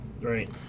Right